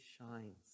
shines